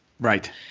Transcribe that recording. Right